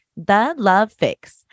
thelovefix